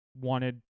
wanted